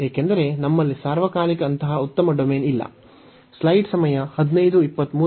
ಏಕೆಂದರೆ ನಮ್ಮಲ್ಲಿ ಸಾರ್ವಕಾಲಿಕ ಅಂತಹ ಉತ್ತಮ ಡೊಮೇನ್ ಇಲ್ಲ